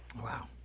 Wow